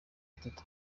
batanu